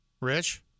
Rich